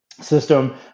system